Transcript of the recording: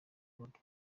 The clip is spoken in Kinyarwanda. claude